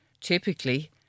typically